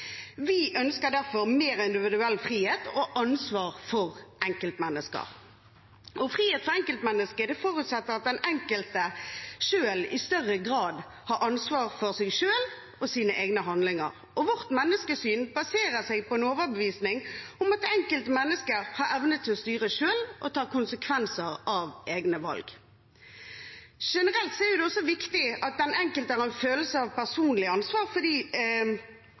Vi ønsker derfor mer individuell frihet, og ansvar, for enkeltmennesker. Frihet for enkeltmennesket forutsetter at den enkelte selv i større grad tar ansvar for seg selv og sine egne handlinger, og vårt menneskesyn baserer seg på en overbevisning om at det enkelte mennesket har evne til å styre selv og ta konsekvenser av egne valg. Generelt er det også viktig at den enkelte har en følelse av personlig ansvar